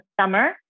summer